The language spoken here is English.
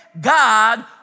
God